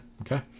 Okay